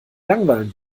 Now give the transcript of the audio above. langweilen